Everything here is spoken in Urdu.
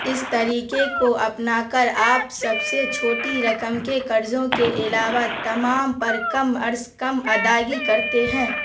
اس طریقے کو اپنا کر آپ سب سے چھوٹی رقم کے قرضوں کے علاوہ تمام پر کم از کم ادائیگی کرتے ہیں